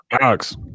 Alex